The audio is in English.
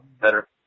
better